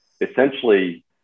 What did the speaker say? essentially